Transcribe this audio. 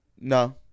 No